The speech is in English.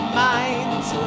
minds